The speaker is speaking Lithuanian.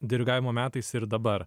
dirigavimo metais ir dabar